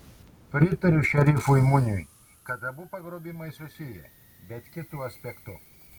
pritariu šerifui muniui kad abu pagrobimai susiję bet kitu aspektu